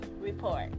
report